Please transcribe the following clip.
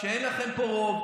אין לכם פה רוב,